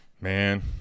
Man